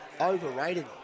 Overrated